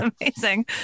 amazing